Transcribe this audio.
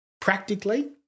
practically